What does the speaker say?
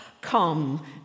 come